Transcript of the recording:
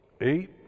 eight